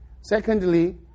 Secondly